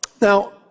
Now